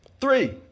three